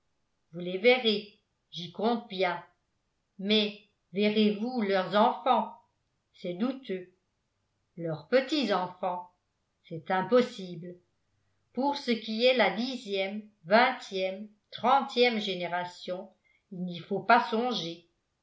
vous les verrez j'y compte bien mais verrez-vous leurs enfants c'est douteux leurs petits-enfants c'est impossible pour ce qui est la dixième vingtième trentième génération il n'y faut pas songer